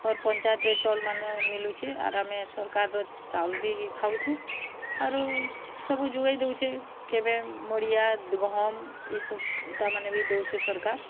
ଅର୍ ପଞ୍ଚାୟତରେ ଚଉଲ୍ ମାନେ ମିଲୁଛି ଆର୍ ଆମେ ସରକାର୍ର ଚାଉଲ୍ ବି ଖାଉଛୁ ଆରୁ ସବୁ ଯୁଗେଇ ଦେଉଛେ କେବେ ମଡ଼ିଆ ଗହମ୍ ଏସବ୍ ତାର୍ ମାନେ ବି ଦେଉଛେ ସରକାର୍